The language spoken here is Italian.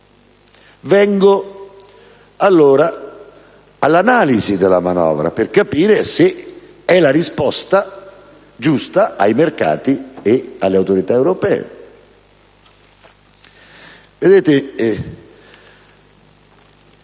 Vengo allora all'analisi della manovra per capire se è la risposta giusta ai mercati e alle autorità europee.